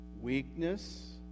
Weakness